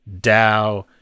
DAO